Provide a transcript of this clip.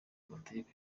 amategeko